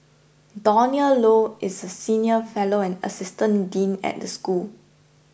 Donald Low is senior fellow and assistant dean at the school